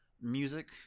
music